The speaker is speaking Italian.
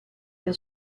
del